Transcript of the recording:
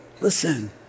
listen